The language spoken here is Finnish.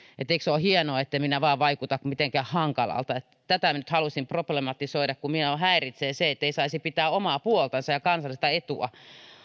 eikö se ole hienoa etten minä vain vaikuta mitenkään hankalalta tämän minä nyt halusin problematisoida kun minua häiritsee se ettei saisi pitää omaa puoltansa ja ajaa kansallista etua